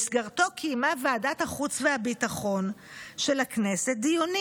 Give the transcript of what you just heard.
שבמסגרתו קיימה ועדת החוץ והביטחון של הכנסת דיונים"